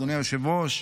אדוני היושב-ראש,